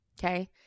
Okay